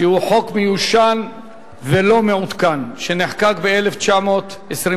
שהוא חוק מיושן ולא מעודכן, שנחקק ב-1927,